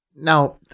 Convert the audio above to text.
Now